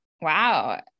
Wow